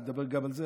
אני מדבר גם על זה,